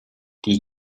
die